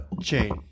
chain